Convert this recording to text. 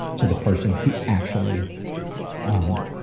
to the person who actually um,